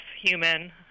human